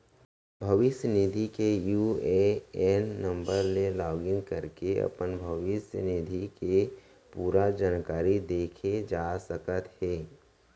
भविस्य निधि के यू.ए.एन नंबर ले लॉगिन करके अपन भविस्य निधि के पूरा जानकारी देखे जा सकत हे